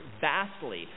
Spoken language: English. vastly